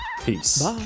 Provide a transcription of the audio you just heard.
Peace